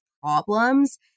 problems